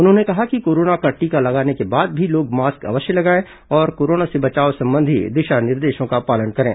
उन्होंने कहा कि कोरोना का टीका लगाने के बाद भी लोग मास्क अवश्य लगाएं और कोरोना से बचाव संबंधी दिशा निर्देशों का पालन करें